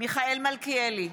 מיכאל מלכיאלי,